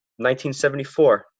1974